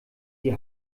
die